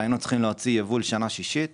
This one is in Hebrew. היינו צריכים להוציא יבול שנה שישית,